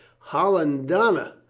hollendonner!